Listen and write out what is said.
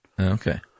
Okay